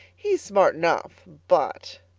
he's smart enough, but.